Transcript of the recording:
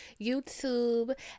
YouTube